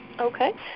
Okay